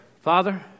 Father